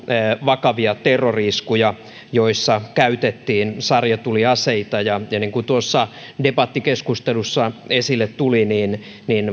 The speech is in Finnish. vakavia terrori iskuja joissa käytettiin sarjatuliaseita niin kuin tuossa debattikeskustelussa esille tuli